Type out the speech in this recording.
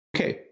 Okay